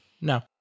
No